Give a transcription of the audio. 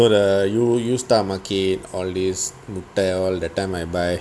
so the U U star market all this nutell I buy okay